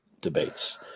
debates